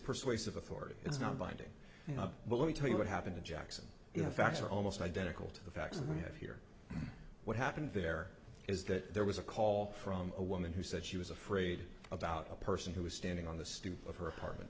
persuasive authority it's not binding but let me tell you what happened to jackson you know facts are almost identical to the facts we have here what happened there is that there was a call from a woman who said she was afraid about a person who was standing on the stoop of her apartment